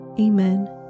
Amen